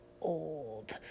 old